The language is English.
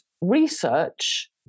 research